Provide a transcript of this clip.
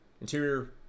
Interior